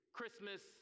Christmas